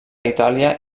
itàlia